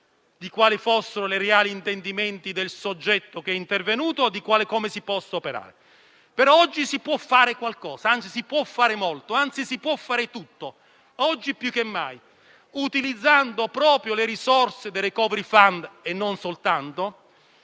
di quali fossero i reali intendimenti del soggetto che è intervenuto e di come si possa operare. Però oggi si può fare qualcosa, anzi si può fare molto, anzi si può fare tutto, oggi più che mai, utilizzando proprio le risorse del *recovery fund*, e non solo